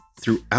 throughout